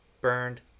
burned